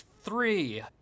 three